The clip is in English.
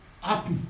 happy